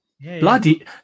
Bloody